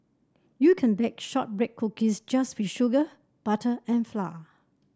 you can shortbread cookies just with sugar butter and flour